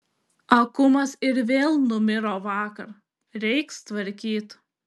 akumas ir vėl numiro vakar reiks tvarkyt